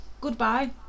goodbye